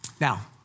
Now